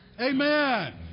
Amen